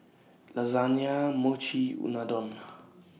Lasagne Mochi Unadon